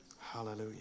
Hallelujah